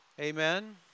Amen